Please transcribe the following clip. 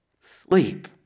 sleep